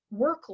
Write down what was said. workload